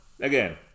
again